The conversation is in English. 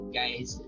guys